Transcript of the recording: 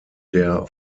der